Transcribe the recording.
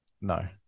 No